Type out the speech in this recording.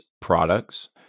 products